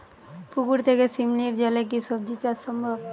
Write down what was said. পুকুর থেকে শিমলির জলে কি সবজি চাষ সম্ভব?